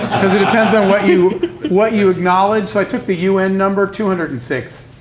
because it depends on what you what you acknowledge. so i took the un number, two hundred and six.